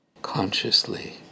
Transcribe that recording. Consciously